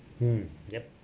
mm yup